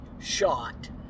shot